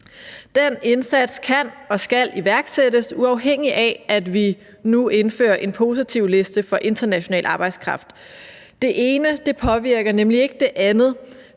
Den indsats kan og skal iværksættes, uafhængigt af at vi nu indfører en positivliste for international arbejdskraft. Det ene påvirker nemlig ikke det andet,